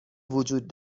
وجود